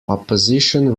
opposition